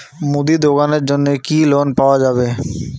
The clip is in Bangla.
মুদি দোকানের জন্যে কি লোন পাওয়া যাবে?